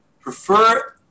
prefer